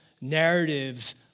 narratives